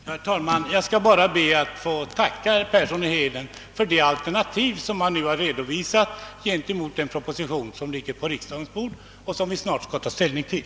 Herr talman! Jag ber att få tacka herr Persson i Heden för det alternativ som han nu har redovisat till den proposition som ligger på riksdagens bord och som vi snart skall ta ställning till.